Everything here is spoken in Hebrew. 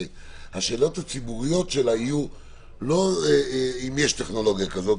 הרי השאלות הציבוריות שלה יהיו לא אם יש טכנולוגיה כזו,